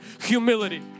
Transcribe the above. humility